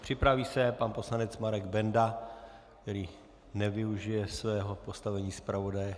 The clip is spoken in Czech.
Připraví se pan poslanec Marek Benda, který nevyužije svého postavení zpravodaje.